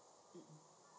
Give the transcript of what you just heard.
um Um